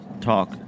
talk